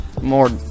more